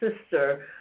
sister